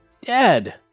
dead